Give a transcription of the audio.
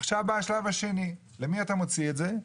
עכשיו בא השלב השני למי אתה מוציא את זה?